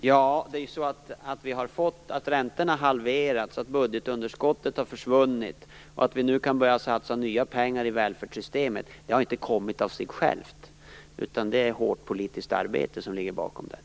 Fru talman! Att räntorna har halverats, budgetunderskottet försvunnit och vi nu kan börja satsa nya pengar i välfärdssystemet har inte kommit av sig självt. Det ligger hårt politiskt arbete bakom detta.